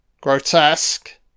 Grotesque